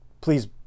please